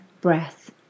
breath